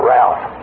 Ralph